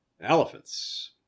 elephants